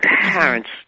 parents